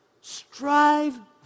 strive